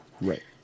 Right